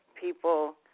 people